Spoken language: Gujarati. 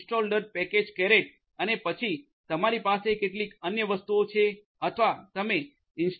packages કેરેટ અને પછી તમારી પાસે કેટલીક અન્ય વસ્તુઓ છે અથવા તમે install